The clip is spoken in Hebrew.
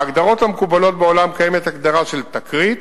בהגדרות המקובלות בעולם קיימת הגדרה של תקרית,